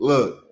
Look